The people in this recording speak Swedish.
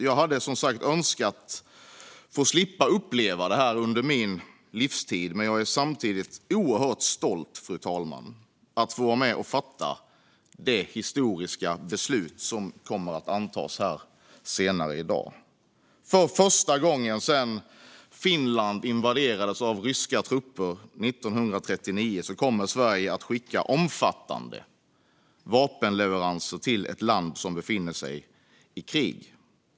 Jag hade som sagt önskat att få slippa uppleva detta under min livstid, fru talman, men jag är samtidigt oerhört stolt över att få vara med och fatta det historiska beslut som kommer att antas här senare i dag. För första gången sedan Finland invaderades av ryska trupper 1939 kommer Sverige att skicka omfattande vapenleveranser till ett land som befinner sig i krig.